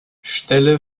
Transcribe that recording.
stelle